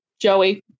Joey